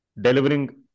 delivering